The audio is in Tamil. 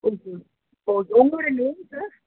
ஓகே ஓகே ஓகே உங்களோட நேம் சார்